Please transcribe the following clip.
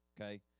okay